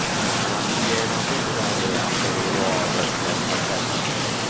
um yeah and i think it was only after a little while that they contacted me.